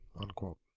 unquote